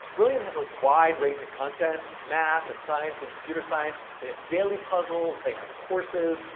brilliant has a wide range of content, math, and science, and computer science. they have daily puzzles, they have courses,